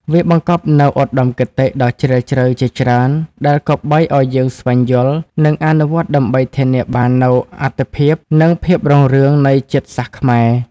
វាបង្កប់នូវឧត្តមគតិដ៏ជ្រាលជ្រៅជាច្រើន ដែលគប្បីឱ្យយើងស្វែងយល់ និងអនុវត្តដើម្បីធានាបាននូវអត្ថិភាព និងភាពរុងរឿងនៃជាតិសាសន៍ខ្មែរ។